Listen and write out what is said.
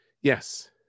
yes